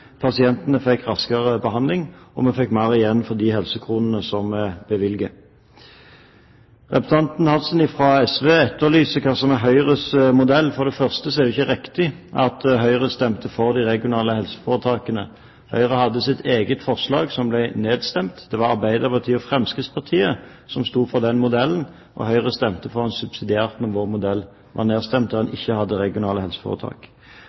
pasientene fikk raskere behandling, og vi fikk mer igjen for de helsekronene som vi bevilger. Representanten Hansen fra SV etterlyser hva som er Høyres modell. For det første er det ikke riktig at Høyre stemte for de regionale helseforetakene. Høyre hadde sitt eget forslag, som ble nedstemt. Det var Arbeiderpartiet og Fremskrittspartiet som sto for den modellen, og Høyre stemte subsidiært for den, når vår modell, der en ikke hadde regionale helseforetak, ble nedstemt.